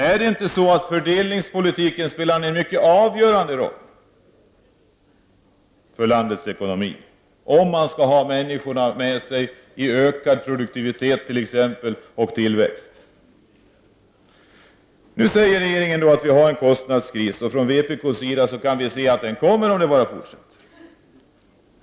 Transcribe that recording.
Spelar inte fördelningspolitiken en avgörande roll för landets ekonomi om man skall ha människorna med sig i ökad produktivitet och tillväxt t.ex.? Då säger regeringens företrädare att vi har en kostnadskris. Vi i vpk säger att den krisen kommer om utvecklingen bara fortsätter.